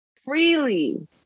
freely